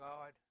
God